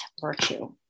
Virtue